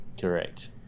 Correct